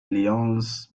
lyons